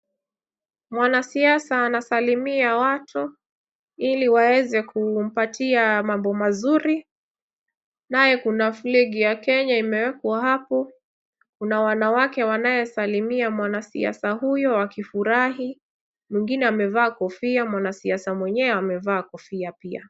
Mwanasiaisa anasalimia watu ili waweze kumpatia mambo mazuri. Naye kuna flegi ya Kenya imewekwa hapo. Kuna wanawake wanayesalimia mwanasiasa huyo wakifurahi. Mwingine amevaa kofia mwanasiasa mwenyewe amevaa kofia pia.